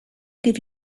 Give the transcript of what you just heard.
give